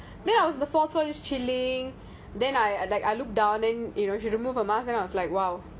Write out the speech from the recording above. then I was at the fourth floor just chilling then I like I look down then I was like !wow!